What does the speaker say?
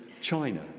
China